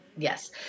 Yes